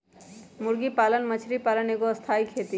मुर्गी पालन मछरी पालन एगो स्थाई खेती हई